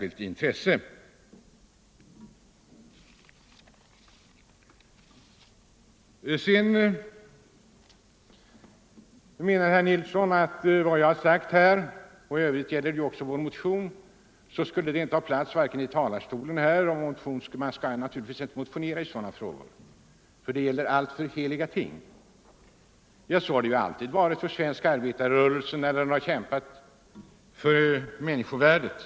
Herr Nilsson i Agnäs menade också att vad jag här sagt —- och det gäller även om vår motion — skulle man inte få säga från denna talarstol och inte få motionera om här i riksdagen, eftersom det här handlar om heliga ting. Ja, så har det alltid varit för svensk arbetarrörelse, när det kämpats för människovärdet.